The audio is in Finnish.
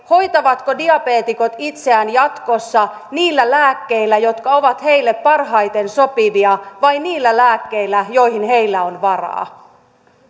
hoitavatko diabeetikot itseään jatkossa niillä lääkkeillä jotka ovat heille parhaiten sopivia vai niillä lääkkeillä joihin heillä on varaa